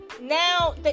Now